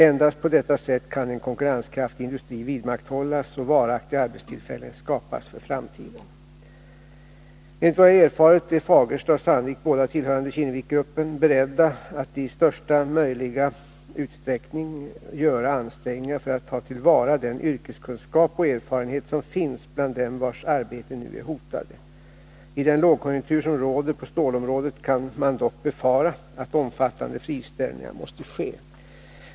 Endast på detta sätt kan en konkurrenskraftig industri vidmakthållas och varaktiga arbetstillfällen skapas för framtiden. Enligt vad jag har erfarit är Fagersta och Sandvik, båda tillhörande Kinneviksgruppen, beredda att i största möjliga utsträckning göra ansträngningar för att ta till vara den yrkeskunskap och erfarenhet som finns bland dem vilkas arbeten nu är hotade. I den lågkonkjunktur som råder på stålområdet kan man dock befara att omfattande friställningar måste ske.